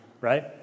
right